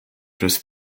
przez